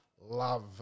love